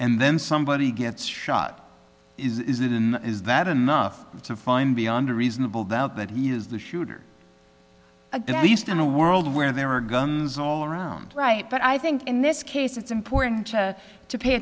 and then somebody gets shot is it in is that enough to find beyond a reasonable doubt that he is the shooter a bit at least in a world where there are guns all around right but i think in this case it's important to to pay